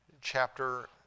chapter